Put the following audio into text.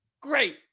great